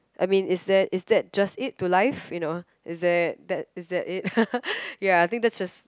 I mean is there is that just it to life you know is there that is that it ya I think that's just